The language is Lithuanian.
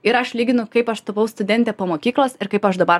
ir aš lyginu kaip aš tapau studentė po mokyklos ir kaip aš dabar